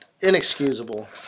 inexcusable